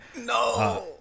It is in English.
No